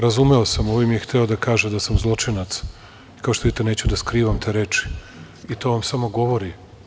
Razumeo sam, ovim je hteo da kaže da sam zločinac i, kao što vidite, neću da skrivam te reči i to vam samo govori…